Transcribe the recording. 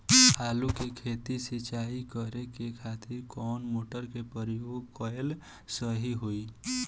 आलू के खेत सिंचाई करे के खातिर कौन मोटर के प्रयोग कएल सही होई?